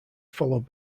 followed